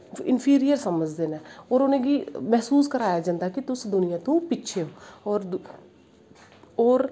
inferior समझदे नै और उनेंगी मैह्सूस कराया जंदा ऐ कि तुस दुनियां तों पिच्छें ओ और होर